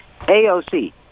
AOC